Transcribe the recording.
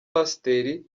pasteri